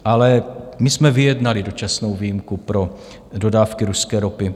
Ale my jsme vyjednali dočasnou výjimku pro dodávky ruské ropy.